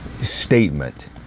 statement